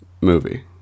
movie